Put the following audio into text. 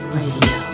radio